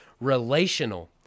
relational